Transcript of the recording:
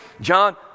John